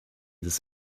des